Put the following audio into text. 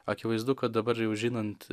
akivaizdu kad dabar jau žinant